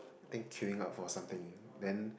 think queuing up for something then